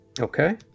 Okay